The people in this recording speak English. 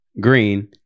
Green